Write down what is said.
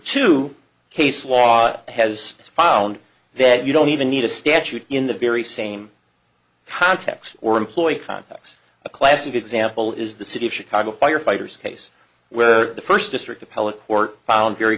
two case law has found that you don't even need a statute in the very same context or employ context a classic example is the city of chicago firefighters case where the first district appellate court found very